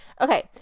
Okay